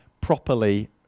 properly